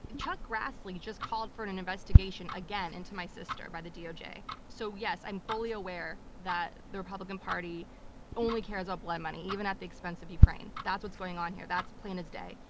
chuck grassley just called for an and investigation again into my sister by the doj. so, yes, i'm fully aware that the republican party only cares about blood money, even at the expense of ukraine. that's what's going on here. that's plain as day.